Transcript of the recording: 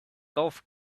golf